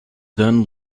then